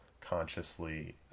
consciously